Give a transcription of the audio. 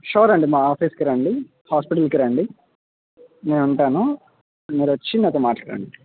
sure రండి మా ఆఫీస్కి రండి హాస్పిటల్కి రండి నేను ఉంటాను మీరు వచ్చి నాతో మాట్లాడండి